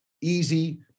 easy